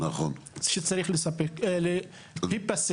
וזה צריך להיפסק.